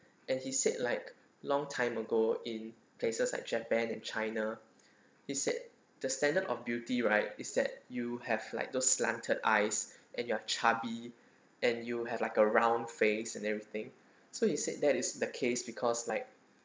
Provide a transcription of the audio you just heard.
and he said like long time ago in places like japan and china he said the standard of beauty right is that you have like those slanted eyes and you are chubby and you have like a round face and everything so he said that is the case because like